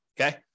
okay